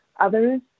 others